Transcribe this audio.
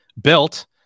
built